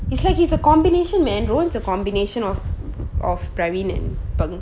it's like he's a combination man rowen a combination of of preevin and peng